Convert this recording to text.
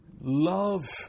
love